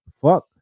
Fuck